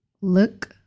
look